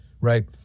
right